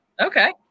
Okay